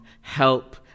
help